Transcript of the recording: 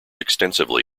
extensively